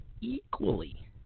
equally